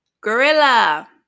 Gorilla